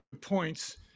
points